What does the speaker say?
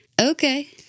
okay